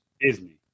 disney